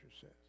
says